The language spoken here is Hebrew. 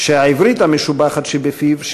והעברית המשובחת שבפיו,